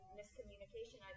miscommunication